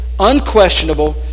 Unquestionable